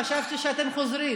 חשבתי שאתם חוזרים.